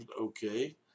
Okay